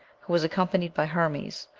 who was accompanied by hermes,